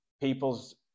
people's